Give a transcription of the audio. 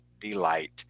Delight